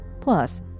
Plus